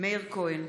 מאיר כהן,